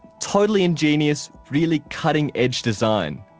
totally ingenious, really cutting edge design.